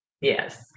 Yes